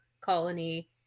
colony